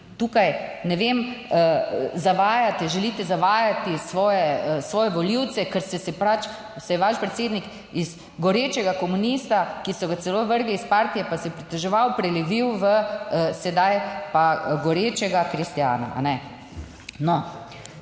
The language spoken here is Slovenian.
Tukaj, ne vem, zavajate, želite zavajati svoje, svoje volivce, ker ste se pač, se je vaš predsednik iz gorečega komunista, ki so ga celo vrgli iz partije, pa se je pritoževal, prelevil v sedaj pa gorečega kristjana, a ne. No,